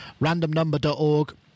randomnumber.org